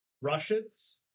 Russians